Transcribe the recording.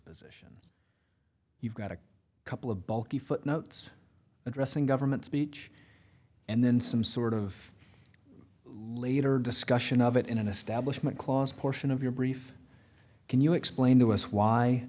position you've got a couple of bulky footnotes addressing government speech and then some sort of later discussion of it in an establishment clause portion of your brief can you explain to us why